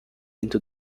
into